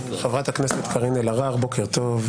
חברת הכנסת קארין אלהרר, בוקר טוב.